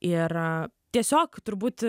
ir tiesiog turbūt